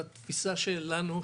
התפיסה שלנו,